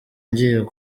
ngize